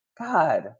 God